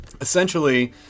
essentially